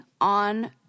on